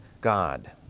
God